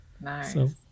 Nice